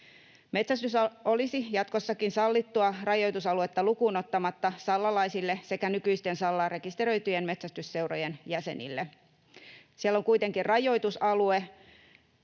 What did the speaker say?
Metsästys olisi jatkossakin sallittua rajoitusaluetta lukuun ottamatta sallalaisille sekä nykyisten, Sallaan rekisteröityjen metsästysseurojen jäsenille. Siellä on kuitenkin rajoitusalue,